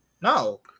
No